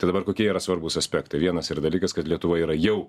tai dabar kokie yra svarbūs aspektai vienas yra dalykas kad lietuva yra jau